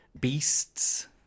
beasts